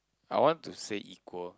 I want to say equal